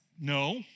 No